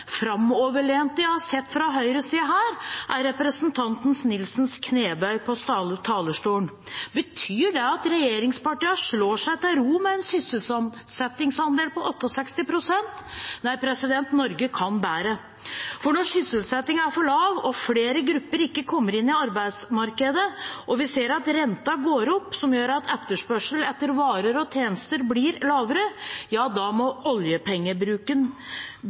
framoverlente jeg har sett fra høyresiden her, er representanten Nilsens knebøy på talerstolen. Betyr det at regjeringspartiene slår seg til ro med en sysselsettingsandel på 68 pst.? Nei, Norge kan bedre. Når sysselsettingen er for lav, når flere grupper ikke kommer inn i arbeidsmarkedet og vi ser at renten går opp, noe som gjør at etterspørselen etter varer og tjenester blir lavere, da må